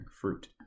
fruit